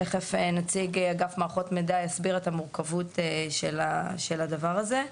מיד נציג אגף מערכות מידע יסביר את המורכבות של הדבר הזה.